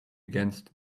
against